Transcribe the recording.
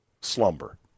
slumber